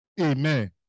Amen